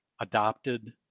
adopted